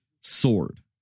sword